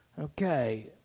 okay